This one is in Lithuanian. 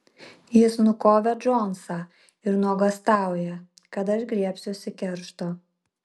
jis nukovė džonsą ir nuogąstauja kad aš griebsiuosi keršto